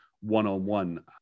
one-on-one